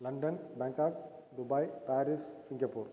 London Bangkok Dubai Paris Singapore